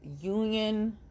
union